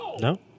no